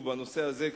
בנושא הזה,